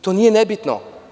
To nije nebitno.